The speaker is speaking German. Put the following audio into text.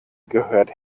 gehört